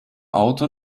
auto